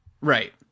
right